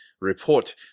report